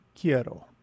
quiero